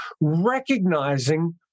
recognizing